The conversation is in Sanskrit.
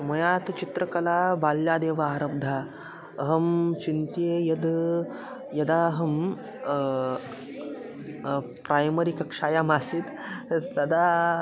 मया तु चित्रकला बाल्यादेव आरब्धा अहं चिन्त्ये यद् यदा अहं प्रैमरि कक्षायाम् आसीत् तदा